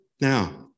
Now